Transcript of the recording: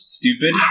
stupid